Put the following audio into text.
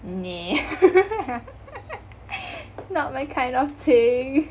nah not my kind of thing